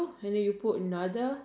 wash the rice